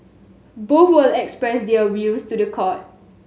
both will express their views to the court